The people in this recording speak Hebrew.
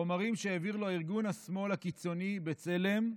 חומרים שהעביר לו ארגון השמאל הקיצוני בצלם,